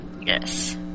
yes